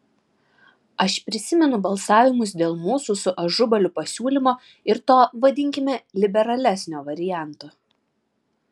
aš prisimenu balsavimus dėl mūsų su ažubaliu pasiūlymo ir to vadinkime liberalesnio varianto